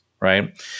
Right